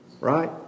Right